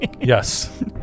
Yes